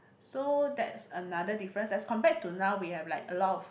so that's another difference as compared to now we have like a lot of